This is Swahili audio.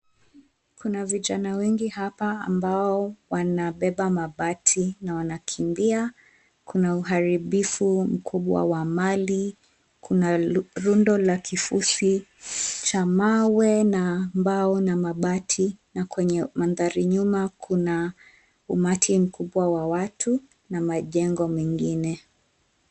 Kuna vijana wengi hapa ambao wanabeba mabati na wanakimbia. Kuna uharibifu mkubwa wa mali. Kuna rundo la kifusi cha mawe na mbao na mabati na kwenye mandhari nyuma kuna umati mkubwa wa watu na majengo mengine.